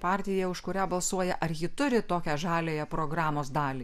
partiją už kurią balsuoji ar ji turi tokią žaliąją programos dalį